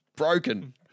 Broken